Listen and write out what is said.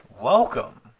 welcome